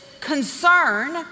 concern